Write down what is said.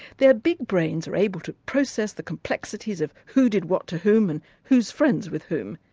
their big brains are able to process the complexities of who did what to whom and who is friends with whom.